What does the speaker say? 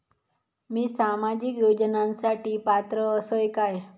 मी सामाजिक योजनांसाठी पात्र असय काय?